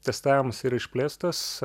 testavimas yra išplėstas